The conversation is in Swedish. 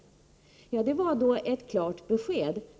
Ja, det var då ett klart besked!